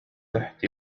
تحت